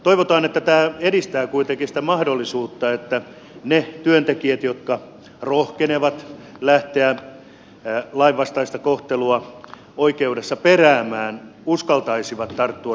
toivotaan että tämä edistää kuitenkin sitä mahdollisuutta että ne työntekijät jotka rohkenevat lähteä lainvastaista kohtelua oikeudessa peräämään uskaltaisivat tarttua tähän tilaisuuteen